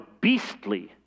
beastly